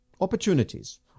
opportunities